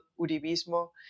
Uribismo